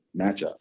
matchup